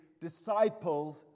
disciples